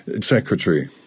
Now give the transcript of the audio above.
secretary